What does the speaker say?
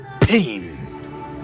pain